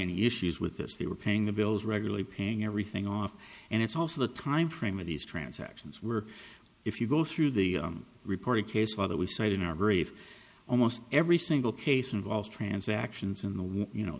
any issues with this they were paying the bills regularly paying everything off and it's also the timeframe of these transactions were if you go through the reported case whether we said in our brief almost every single case involves transactions in the wall you know